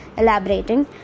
Elaborating